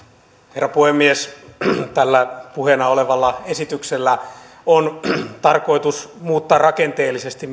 herra puhemies tällä puheena olevalla esityksellä on tarkoitus muuttaa rakenteellisesti